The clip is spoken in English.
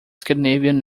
scandinavian